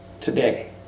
today